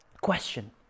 Question